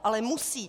Ale musí.